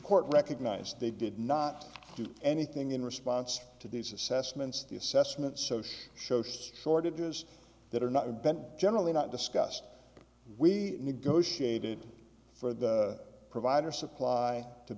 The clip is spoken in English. court recognized they did not do anything in response to these assessments the assessments soche show shortages that are not bent generally not discussed we negotiated for the provider supply to